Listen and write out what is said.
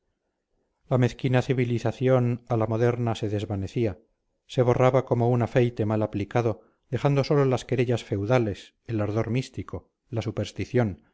la mezquina civilización a la moderna se desvanecía se borraba como un afeite mal aplicado dejando sólo las querellas feudales el ardor místico la superstición